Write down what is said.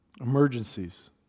emergencies